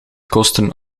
kosten